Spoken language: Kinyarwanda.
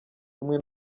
kumwe